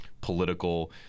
political